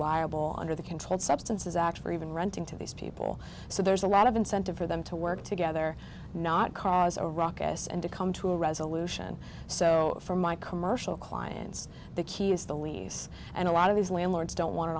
liable under the controlled substances act for even renting to these people so there's a lot of incentive for them to work together not cause a ruckus and to come to a resolution so for my commercial clients the key is the lease and a lot of these landlords don't want